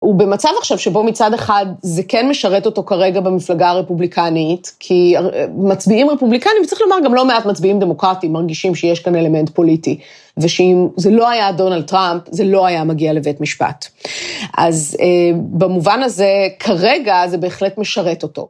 הוא במצב עכשיו שבו מצד אחד זה כן משרת אותו כרגע במפלגה הרפובליקנית, כי מצביעים רפובליקניים, צריך לומר גם לא מעט מצביעים דמוקרטיים, מרגישים שיש כאן אלמנט פוליטי, ושאם זה לא היה דונאלד טראמפ זה לא היה מגיע לבית משפט. אז במובן הזה, כרגע זה בהחלט משרת אותו.